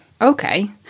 Okay